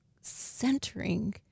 centering